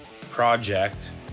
Project